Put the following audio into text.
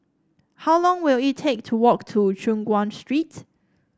how long will it take to walk to Choon Guan Street